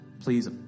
Please